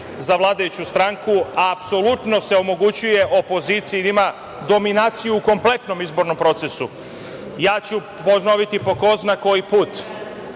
za vladajuću stranku. Apsolutno se omogućuje opoziciji da ima dominaciju u kompletnom izbornom procesu. Ponoviću po ko zna koji put,